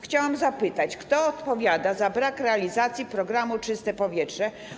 Chciałam zapytać, kto odpowiada za brak realizacji programu „Czyste powietrze”